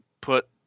put